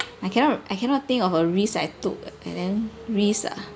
I cannot I cannot think of a risk I took and then risk ah